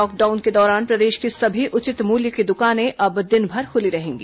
lockdown के दौरान प्रदेश की सभी उचित मूल्य की दुकानें अब दिनभर खुली रहेंगी